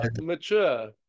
mature